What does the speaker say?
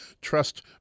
trust